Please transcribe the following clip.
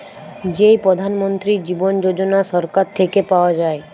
যেই প্রধান মন্ত্রী জীবন যোজনা সরকার থেকে পাওয়া যায়